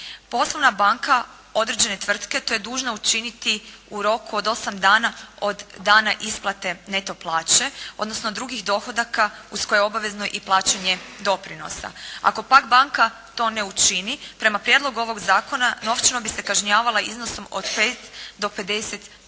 Poslovna banka određene tvrtke to je dužna učiniti u roku od 8 dana od dana isplate neto plaće, odnosno drugih dohodaka uz koje je obavezno i plaćanje doprinosa. Ako pak banka to ne učini, prema prijedlogu ovog zakona novčano bi se kažnjavala iznosom od 5 do 50